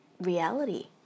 reality